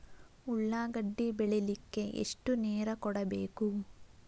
ಉಳ್ಳಾಗಡ್ಡಿ ಬೆಳಿಲಿಕ್ಕೆ ಎಷ್ಟು ನೇರ ಕೊಡಬೇಕು?